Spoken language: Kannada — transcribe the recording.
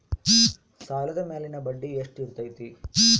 ಸಾಲದ ಮೇಲಿನ ಬಡ್ಡಿ ಎಷ್ಟು ಇರ್ತೈತೆ?